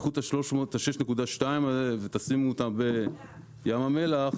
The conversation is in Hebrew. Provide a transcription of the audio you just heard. קחו את ה-6.2 הזו ותשימו אותה בים המלח,